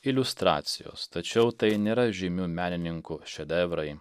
iliustracijos tačiau tai nėra žymių menininkų šedevrai